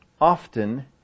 often